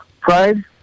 Pride